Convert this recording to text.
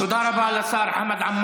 יש לכם ראש ממשלה, תודה רבה לשר חמד עמאר.